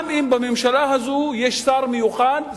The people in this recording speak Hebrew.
גם אם בממשלה הזאת יש שר מיוחד,